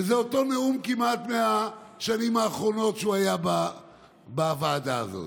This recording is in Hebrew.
וזה כמעט אותו נאום מהשנים האחרונות שהוא היה בוועדה הזאת.